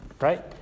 Right